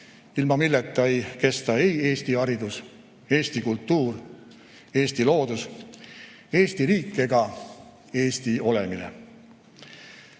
ilma milleta ei kesta ei Eesti haridus, Eesti kultuur, Eesti loodus, Eesti riik ega Eesti olemine.